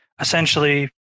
essentially